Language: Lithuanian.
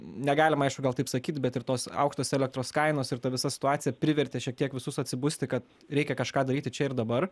negalima aišu gal taip sakyt bet ir tos aukštos elektros kainos ir ta visa situacija privertė šiek tiek visus atsibusti kad reikia kažką daryti čia ir dabar